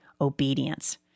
obedience